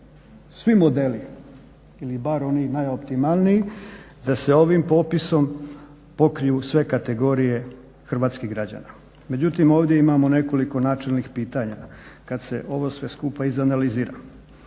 svi modeli ili bar oni najoptimalniji da se ovim popisom pokriju sve kategorije hrvatskih građanima. Međutim, ovdje imamo nekoliko načelnih pitanja kad se ovo sve skupa izanalizira.